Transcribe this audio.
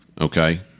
Okay